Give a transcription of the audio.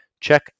check